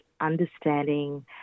understanding